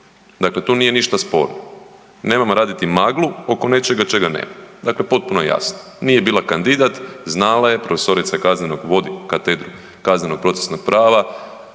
Dakle, tu nije ništa sporno. Nemojmo raditi maglu oko nečega čega nema. Dakle, potpuno je jasno nije bila kandidat, znala je profesorica je kaznenog vodi katedru kazneno-procesno prava